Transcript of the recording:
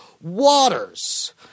waters